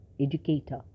educator